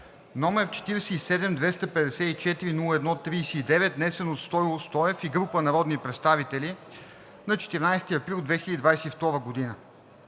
№ 47-254-01-39, внесен от Стою Стоев и група народни представители на 14 април 2022 г.